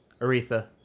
Aretha